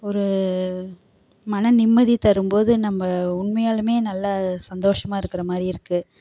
ஒரு மனநிம்மதி தரும்போது நம்ம உண்மையாலும் நல்லா சந்தோஷமாக இருக்கிற மாதிரி இருக்கு